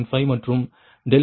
5 மற்றும் ∆P3 1